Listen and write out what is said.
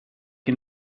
che